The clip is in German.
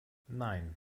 nein